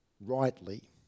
rightly